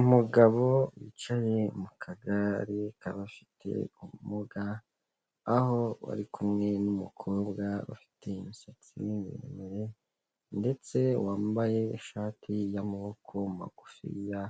Umugabo wicaye mu kagare k'abafite ubumuga, aho ari kumwe n'umukobwa ufite imisatsi miremire ndetse wambaye ishati y'amaboko magufiya,